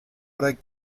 oder